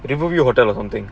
riverview hotel or something